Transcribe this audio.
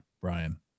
brian